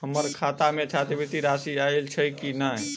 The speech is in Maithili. हम्मर खाता मे छात्रवृति राशि आइल छैय की नै?